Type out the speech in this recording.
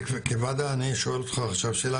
כוועדה אני שואל אותך עכשיו שאלה,